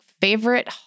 Favorite